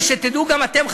ושתדעו גם אתם,